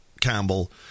Campbell